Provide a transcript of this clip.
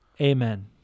amen